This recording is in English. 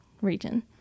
region